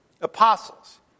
apostles